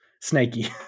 snaky